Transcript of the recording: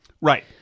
right